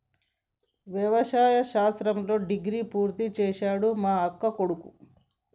వ్యవసాయ శాస్త్రంలో డిగ్రీ పూర్తి చేసిండు మా అక్కకొడుకు